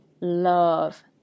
Love